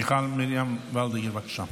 מיכל מרים וולדיגר, בבקשה.